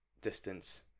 distance